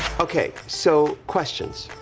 okay, so questions.